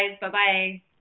Bye-bye